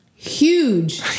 Huge